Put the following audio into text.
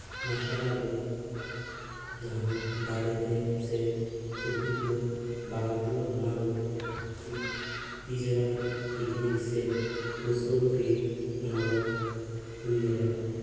ᱢᱟᱨᱥᱟᱞ ᱟᱨᱴ ᱫᱚ ᱡᱟᱦᱟᱱ ᱫᱟᱲᱮ ᱛᱮ ᱥᱮ ᱥᱚᱠᱛᱤ ᱛᱮᱫᱚ ᱵᱟᱝ ᱦᱩᱭᱩᱜᱼᱟ ᱚᱱᱟᱫᱚ ᱢᱤᱫ ᱛᱤ ᱡᱟᱝᱜᱟ ᱨᱮᱱᱟᱜ ᱴᱮᱠᱱᱤᱠ ᱥᱮ ᱠᱳᱣᱥᱚᱞ ᱛᱮᱜᱮ ᱚᱱᱟᱫᱚ ᱦᱩᱭ ᱫᱟᱲᱮᱭᱟᱜᱼᱟ